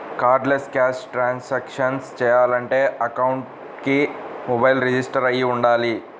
cardless cash transactions చెయ్యాలంటే అకౌంట్కి mobile register అయ్యి వుండాలి